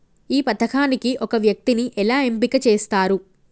ఈ పథకానికి ఒక వ్యక్తిని ఎలా ఎంపిక చేస్తారు?